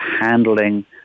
handling